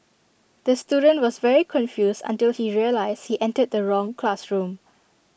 the student was very confused until he realised he entered the wrong classroom